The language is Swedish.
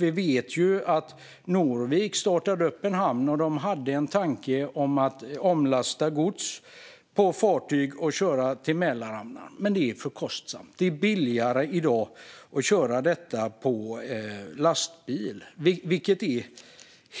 Vi vet att Norvik startade en hamn med en tanke om att omlasta gods på fartyg och transportera till Mälarhamnar, men det är för kostsamt. Det är i dag billigare att transportera gods på lastbil. Det är